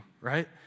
right